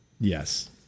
Yes